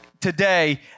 today